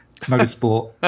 motorsport